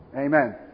Amen